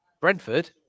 Brentford